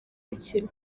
mukino